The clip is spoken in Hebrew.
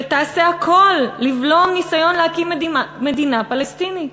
ותעשה הכול לבלום ניסיון להקים מדינה פלסטינית.